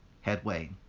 headway